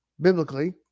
biblically